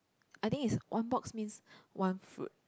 I think is one box means one fruit